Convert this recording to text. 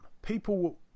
People